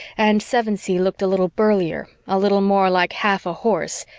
and sevensee looked a little burlier, a little more like half a horse,